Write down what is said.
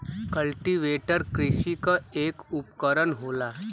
cultivator कृषि क एक उपकरन होला